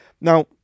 Now